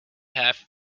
have